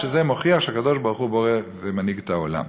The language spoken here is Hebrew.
שזה מוכיח שהקדוש-ברוך-הוא בורא ומנהיג את העולם.